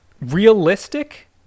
Realistic